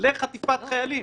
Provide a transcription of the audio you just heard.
לחטיפת חיילים